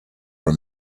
were